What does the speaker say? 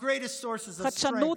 הטובות ביותר שלנו,